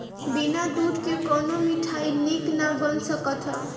बिना दूध के कवनो मिठाई निक ना बन सकत हअ